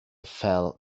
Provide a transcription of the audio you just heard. fell